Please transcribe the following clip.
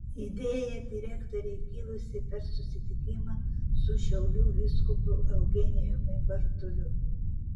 idėja direktorei kilusi per susitikimą su šiaulių vyskupu eugenijumi bartuliu